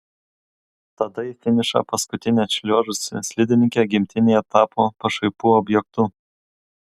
tada į finišą paskutinė atšliuožusi slidininkė gimtinėje tapo pašaipų objektu